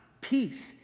peace